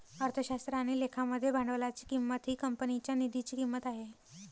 अर्थशास्त्र आणि लेखा मध्ये भांडवलाची किंमत ही कंपनीच्या निधीची किंमत आहे